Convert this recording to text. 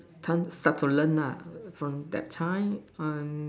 time start to learn lah from that time and